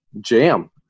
jam